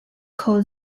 called